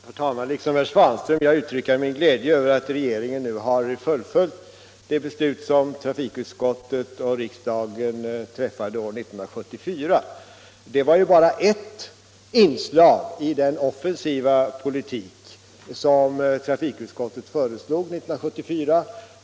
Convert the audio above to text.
Herr talman! Liksom herr Svanström vill jag uttrycka min glädje över att regeringen nu har fullföljt det beslut som på trafikutskottets förslag kammaren fattade år 1974. Men det var ju bara ett inslag i den offensiva politik som trafikutskottet förordade 1974.